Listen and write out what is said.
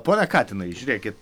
pone katinai žiūrėkit